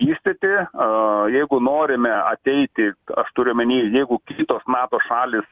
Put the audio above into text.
vystyti a jeigu norime ateiti aš turiu omeny jeigu kitos nato šalys